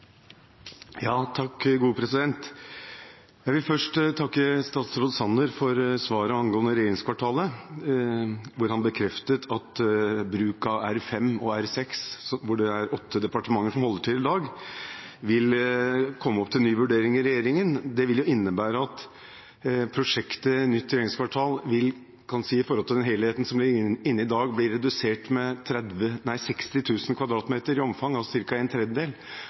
Jeg vil først takke statsråd Sanner for svaret angående regjeringskvartalet, hvor han bekreftet at bruk av R5 og R6, hvor åtte departementer holder til i dag, vil komme opp til ny vurdering i regjeringen. Det vil innebære at prosjektet Nytt regjeringskvartal vil bli redusert med 60 000 m2 i omfang i forhold til den helheten som ligger inne i dag,